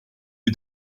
you